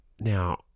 Now